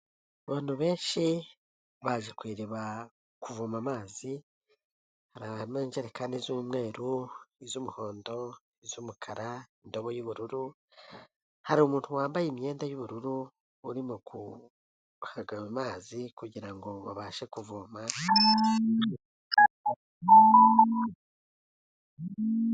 Abantu benshi baje ku iriba kuvoma amazi, harimo injerekani z'umweru, iz'umuhondo, iz'umukara, indobo y'ubururu, hari umuntu wambaye imyenda y'ubururu urimo guhaga ayo mazi kugira ngo babashe kuvoma.